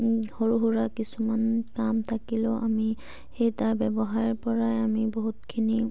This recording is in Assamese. সৰু সুৰা কিছুমান কাম থাকিলেও আমি সেই তাৰ ব্যৱসায়পৰাই আমি বহুতখিনি